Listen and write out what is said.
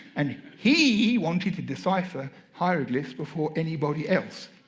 and he wanted to decipher hieroglyphs before anybody else.